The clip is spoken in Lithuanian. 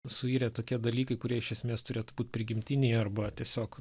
suyrė tokie dalykai kurie iš esmės turėtų būt prigimtiniai arba tiesiog